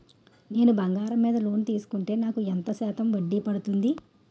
నేను బంగారం మీద లోన్ తీసుకుంటే నాకు ఎంత శాతం వడ్డీ పడుతుంది?